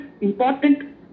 important